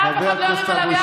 ואף אחד לא ירים עליו יד,